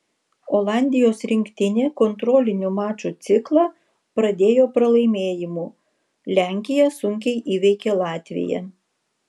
olandijos rinktinė kontrolinių mačų ciklą pradėjo pralaimėjimu lenkija sunkiai įveikė latviją